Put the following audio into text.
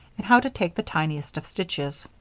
and how to take the tiniest of stitches.